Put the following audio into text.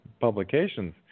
publications